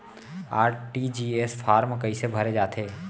RTGS form कइसे भरे जाथे?